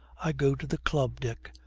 i go to the club. dick,